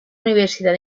universidad